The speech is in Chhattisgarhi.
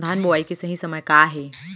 धान बोआई के सही समय का हे?